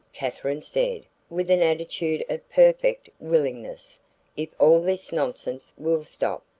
katherine said, with an attitude of perfect willingness if all this nonsense will stop.